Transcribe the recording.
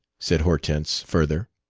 said hortense, further.